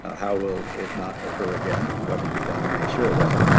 how will it not occur again? what have you done to make sure that?